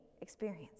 experience